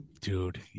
dude